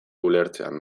ulertzean